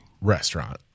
restaurant